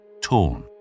torn